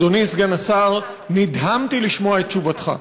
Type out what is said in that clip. אדוני סגן השר, נדהמתי לשמוע את תשובתך.